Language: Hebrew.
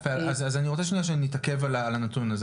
אז אני רוצה שנתעכב על הנתון הזה.